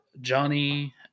Johnny